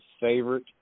favorite